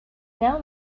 now